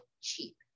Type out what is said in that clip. cheap